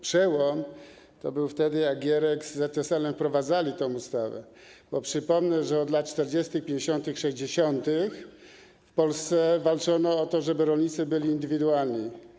Przełom to był wtedy, jak Gierek z ZSL-em wprowadzali tę ustawę, bo przypomnę, że od lat 40., 50., 60. w Polsce walczono o to, żeby rolnicy byli indywidualni.